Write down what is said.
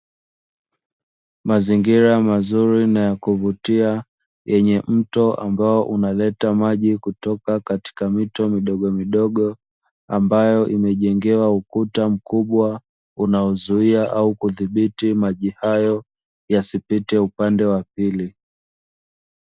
Mazingira mazuri na ya kuvutia yenye mto ambao unaleta maji kutoka katika mito midogomidogo, ambayo imejengewa ukuta mkubwa unaozuia au kudhibiti maji hayo yasipite upande wa pili.